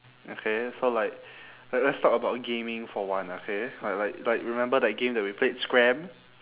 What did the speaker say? okay so like le~ let's talk about gaming for one okay like like like remember that game that we played scram